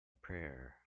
prayer